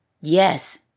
Yes